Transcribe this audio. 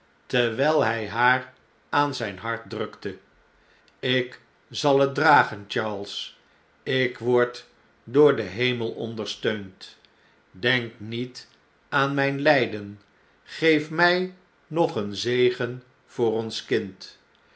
terwjjl hjj haar aan zijn hart drukte ik zal het dragen charles ik word door den hemel ondersteund denk niet aan mjjn ljjden geef mjj nog een zegen voor ons kind